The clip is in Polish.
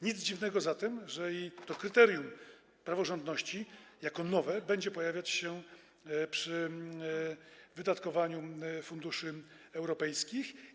Nic dziwnego zatem, że to kryterium praworządności jako nowe będzie pojawiać się przy wydatkowaniu funduszy europejskich.